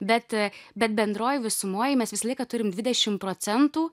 bet bet bendroj visumoj mes visą laiką turime dvidešim procentų